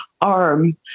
arm